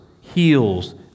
heals